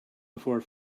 before